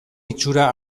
itxura